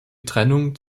trennung